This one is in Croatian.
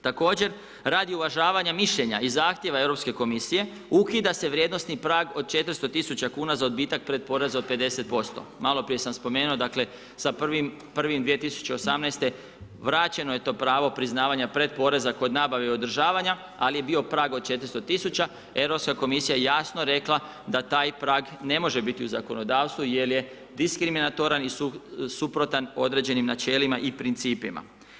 Također, radi uvažavanja mišljenja i zahtjeva Europske komisije ukida se vrijednosti prag od 400 tisuća kuna za odbitak pretporeza od 50%, maloprije sam spomenuo dakle sa 1.1.2018. vraćeno je to pravo priznavanja pretporeza kod nabave i održavanja, ali je bio prag od 400 tisuća, Europska komisija jasno rekla da taj prag ne može biti u zakonodavstvu jer je diskriminatoran i suprotan određenim načelima i principima.